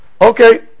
Okay